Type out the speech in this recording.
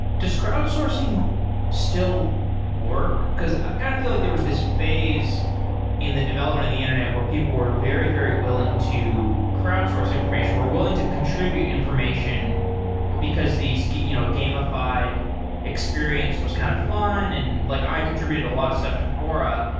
does crowdsourcing still work? because i kind of feel like there was this phase in the development of the internet where people were very, very willing to crowd source information. we're willing to contribute information because these you know gamified experience was kind of fun. and like i contributed a lot of stuff to quora,